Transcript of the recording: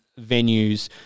venues